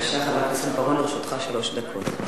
לרשותך שלוש דקות.